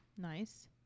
Nice